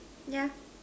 yeah